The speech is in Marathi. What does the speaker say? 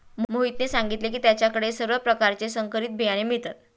मोहितने सांगितले की त्याच्या कडे सर्व प्रकारचे संकरित बियाणे मिळतात